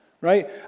right